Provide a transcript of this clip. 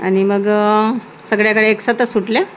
आणि मग सगळ्या गाड्या एकसाथच सुटल्या